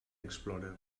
explorer